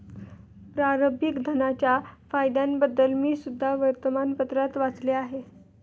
प्रारंभिक धनाच्या फायद्यांबद्दल मी सुद्धा वर्तमानपत्रात वाचले आहे